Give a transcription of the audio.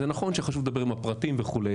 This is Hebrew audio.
זה נכון חשוב לדבר עם הפרטים וכו',